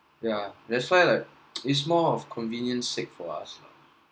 yeah that's why like it's more of convenience sake for us lah